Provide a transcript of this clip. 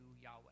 Yahweh